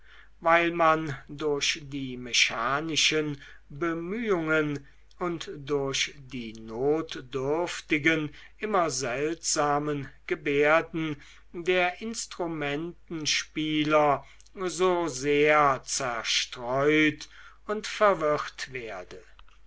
weil man durch die mechanischen bemühungen und durch die notdürftigen immer seltsamen gebärden der instrumentenspieler so sehr zerstreut und verwirrt werde